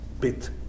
bit